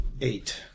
Eight